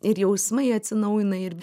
ir jausmai atsinaujina ir